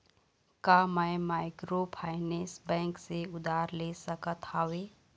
का मैं microfinance bank से उधार ले सकत हावे?